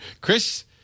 Chris